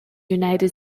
united